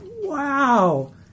wow